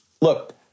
look